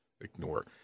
Ignore